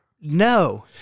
No